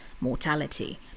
mortality